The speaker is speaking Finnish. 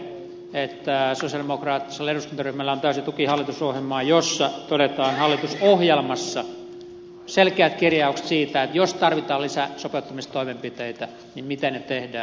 totesin päinvastoin että sosialidemokraattisella eduskuntaryhmällä on täysi tuki hallitusohjelmalle jossa todetaan hallitusohjelmassa selkeät kirjaukset siitä että jos tarvitaan lisää sopeuttamistoimenpiteitä niin miten ne tehdään